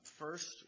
First